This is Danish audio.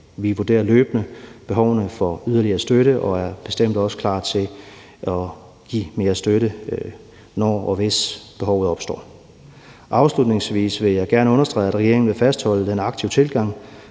Vi vurderer løbende behovet for yderligere støtte og er bestemt også klar til at give mere støtte, når og hvis behovet opstår. Afslutningsvis vil jeg gerne understrege, at regeringen vil fastholde den aktive tilgang,